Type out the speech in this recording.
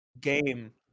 game